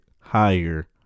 higher